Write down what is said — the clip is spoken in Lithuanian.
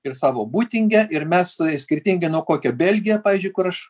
ir savo būtingę ir mes skirtingi nuo kokio belgija pavyzdžiu kur aš